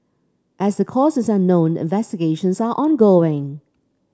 as the cause is unknown investigations are ongoing